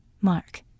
mark